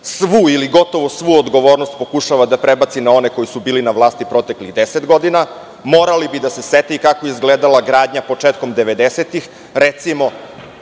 svu ili gotovo svu odgovornost pokušava da prebaci na one koji su bili na vlasti proteklih 10 godina, morali bi i da se sete kako je izgledala gradnja početkom 90-ih, recimo,